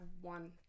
one